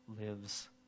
lives